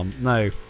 No